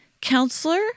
counselor